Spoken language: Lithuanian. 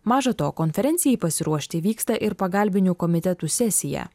maža to konferencijai pasiruošti vyksta ir pagalbinių komitetų sesija